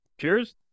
Cheers